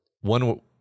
one